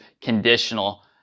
conditional